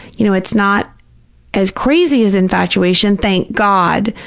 you know, it's not as crazy as infatuation, thank god,